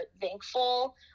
thankful